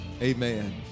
amen